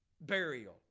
burial